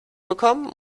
bekommen